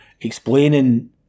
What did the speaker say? explaining